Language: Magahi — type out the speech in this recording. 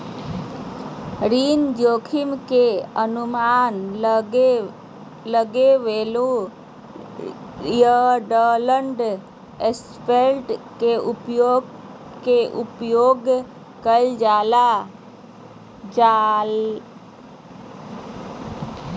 ऋण जोखिम के अनुमान लगबेले यिलड स्प्रेड के उपाय के उपयोग कइल जा हइ